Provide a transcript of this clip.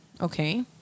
okay